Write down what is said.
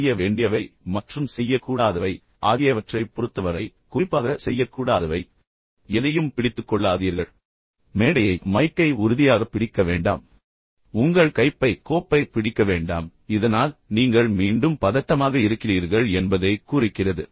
இப்போது செய்ய வேண்டியவை மற்றும் செய்யக்கூடாதவை ஆகியவற்றைப் பொறுத்தவரை குறிப்பாக செய்யக்கூடாதவை எனவே இப்போது எதையும் பிடித்துக் கொள்ளாதீர்கள் உதாரணத்திற்கு மேடை உள்ளது பயத்தில் இதைப் பிடிக்க வேண்டாம் மைக்கை உறுதியாக பிடிக்க வேண்டாம் உங்கள் கைப்பை கோப்பைப் பிடிக்க வேண்டாம் இதனால் நீங்கள் மீண்டும் பதட்டமாக இருக்கிறீர்கள் என்பதைக் குறிக்கிறது